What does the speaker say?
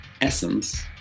essence